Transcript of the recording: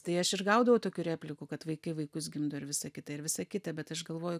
tai aš ir gaudavau tokių replikų kad vaikai vaikus gimdo ir visa kita ir visa kita bet aš galvoju